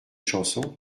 chanson